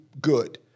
good